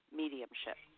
mediumship